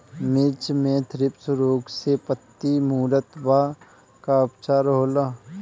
मिर्च मे थ्रिप्स रोग से पत्ती मूरत बा का उपचार होला?